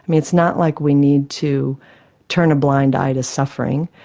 it's not like we need to turn a blind eye to suffering,